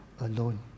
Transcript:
alone